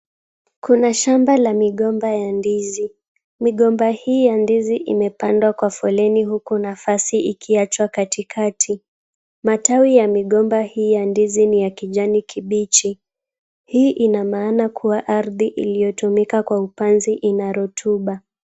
Kuna shamba la migomba ya ndizi. Migomba hii ya ndizi imepandwa kwa foleni huku nafasi ikiachwa katikati. Matawi ya migomba hii ya ndizi ni ya kijani kibichi. Hii ina maana kuwa ardhi iliyotumika kwa upanzi ina rotuba.